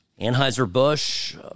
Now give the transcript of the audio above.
Anheuser-Busch